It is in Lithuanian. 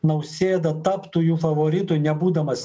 nausėda taptų jų favoritu nebūdamas